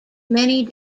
many